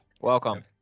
Welcome